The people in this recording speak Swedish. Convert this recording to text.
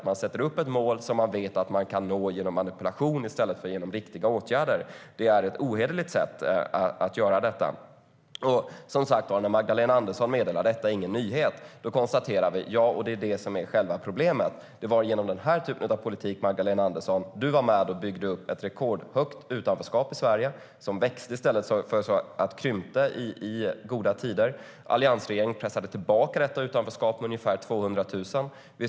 Man sätter upp ett mål som man vet att man kan nå genom manipulation i stället för genom riktiga åtgärder. Det sättet är ohederligt. Magdalena Andersson meddelade detta, och det är ingen nyhet, och det är det som är själva problemet. Det var genom den här typen av politik som Magdalena Andersson var med och byggde upp ett rekordhögt utanförskap i Sverige som växte i stället för att krympa i goda tider. Alliansregeringen pressade ned detta utanförskap med ungefär 200 000 personer.